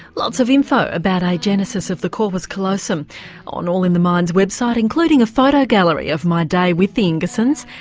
lots of info about agenesis of the corpus callosum on all in the mind's website including a photo gallery of my day with the ingersons.